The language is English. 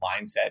mindset